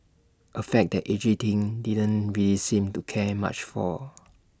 A fact that edgy teen didn't really seem to care much for